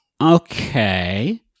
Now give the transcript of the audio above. Okay